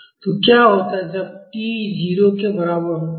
तो क्या होता है जब t 0 के बराबर होता है